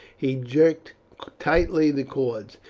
he jerked tightly the cords,